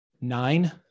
nine